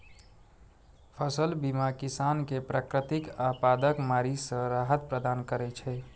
फसल बीमा किसान कें प्राकृतिक आपादाक मारि सं राहत प्रदान करै छै